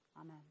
Amen